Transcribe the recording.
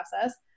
process